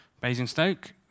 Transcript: Basingstoke